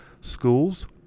Schools